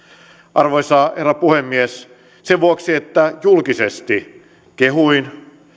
arvoisa herra puhemies sen vuoksi että julkisesti kehuin